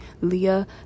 Leah